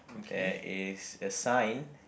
there is a sign